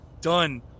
done